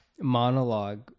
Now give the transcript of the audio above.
monologue